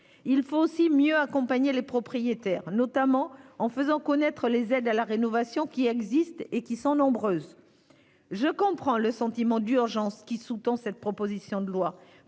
Il faut également mieux accompagner les propriétaires, notamment en faisant connaître les aides à la rénovation- elles sont nombreuses. Je comprends le sentiment d'urgence qui sous-tend cette proposition de loi,